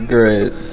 Great